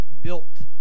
built